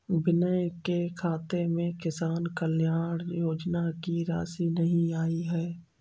विनय के खाते में किसान कल्याण योजना की राशि नहीं आई है